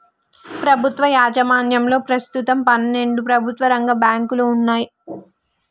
ప్రభుత్వ యాజమాన్యంలో ప్రస్తుతం పన్నెండు ప్రభుత్వ రంగ బ్యాంకులు వున్నయ్